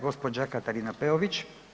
Gospođa Katarina Peović.